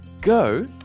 Go